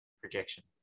projection